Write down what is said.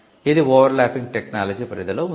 ఇది overlapping technology పరిధిలో ఉంది